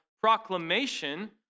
proclamation